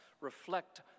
reflect